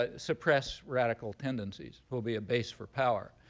ah suppress radical tendencies, who will be a base for power.